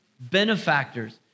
benefactors